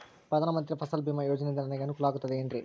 ಪ್ರಧಾನ ಮಂತ್ರಿ ಫಸಲ್ ಭೇಮಾ ಯೋಜನೆಯಿಂದ ನನಗೆ ಅನುಕೂಲ ಆಗುತ್ತದೆ ಎನ್ರಿ?